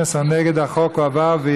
התשע"ט 2018,